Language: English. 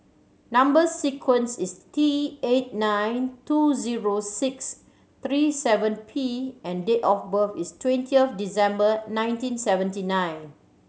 number sequence is T eight nine two zero six three seven P and date of birth is twenty of December one thousand nine hundred and seventy nine